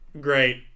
great